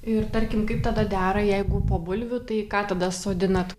ir tarkim kaip tada dera jeigu po bulvių tai ką tada sodinat